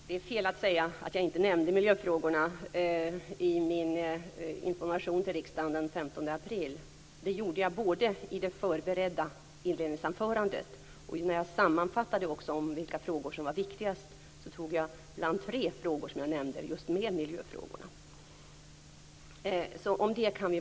Fru talman! Det är fel att säga att jag inte nämnde miljöfrågorna i min information till riksdagen den 15 april. Det gjorde jag i det förberedda inledningsanförandet, och när jag sammanfattade de viktigaste frågorna tog jag bland tre frågor som jag nämnde med just miljöfrågorna.